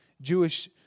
Jewish